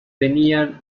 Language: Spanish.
tenían